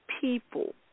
people